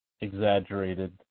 exaggerated